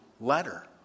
letter